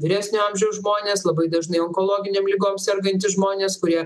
vyresnio amžiaus žmonės labai dažnai onkologinėm ligom sergantys žmonės kurie